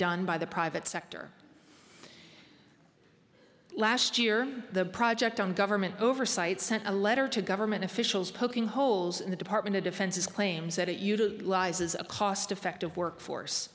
done by the private sector last year the project on government oversight sent a letter to government officials poking holes in the department of defense's claims that it utilizes a cost effective workforce